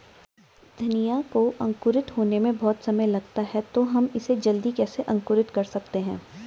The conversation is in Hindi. धनिया को अंकुरित होने में बहुत समय लगता है तो हम इसे जल्दी कैसे अंकुरित कर सकते हैं?